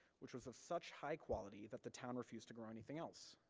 which was of such high quality that the town refused to grow anything else.